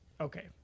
okay